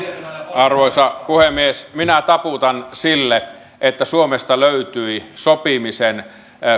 arvoisa puhemies minä taputan sille että suomesta löytyi sopimisen